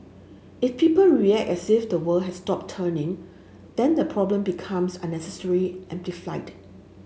if people as if the world has stopped turning then the problem becomes unnecessary amplified